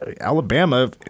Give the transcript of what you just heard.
Alabama